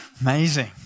Amazing